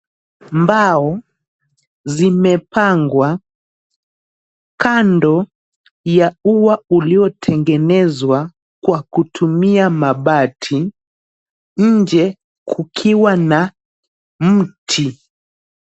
Mbao zimepangwa kando ya ua uliyotengenezwa kwa kutumia mabati nje kukiwa na mti.